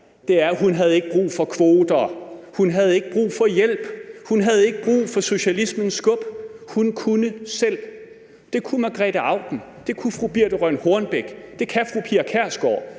– var, at hun ikke havde brug for kvoter, at hun ikke havde brug for hjælp, at hun ikke havde brug for socialismens skub. Hun kunne selv. Det kunne fru Margrete Auken, det kunne fru Birthe Rønn Hornbech, og det kan fru Pia Kjærsgaard.